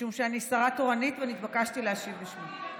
משום שאני שרה תורנית, ונתבקשתי להשיב בשמה.